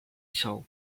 saw